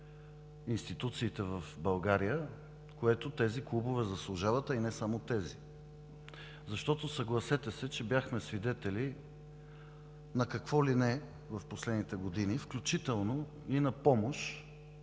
институциите в България, което тези клубове заслужават, а и не само тези! Съгласете се, че бяхме свидетели на какво ли не в последните години, включително и на помощ